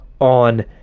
on